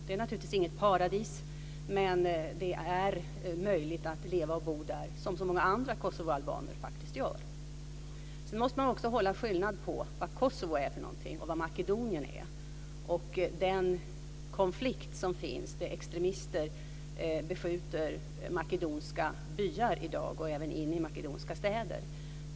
Det är naturligtvis inget paradis, men det är möjligt att leva och bo där som så många andra kosovoalbaner faktiskt gör. Sedan måste man också hålla isär vad Kosovo är och vad Makedonien är. I Makedonien har man en konflikt som innebär att extremister beskjuter makedoniska byar och städer i dag.